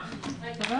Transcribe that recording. שעה.